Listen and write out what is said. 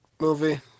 Movie